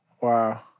Wow